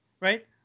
right